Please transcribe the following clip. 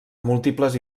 múltiples